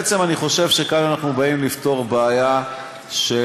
אני חושב שכאן אנחנו באים לפתור בעיה שלטעמי